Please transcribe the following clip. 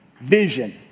Vision